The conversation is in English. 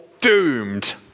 doomed